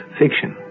fiction